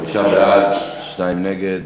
חמישה בעד, שניים נגד.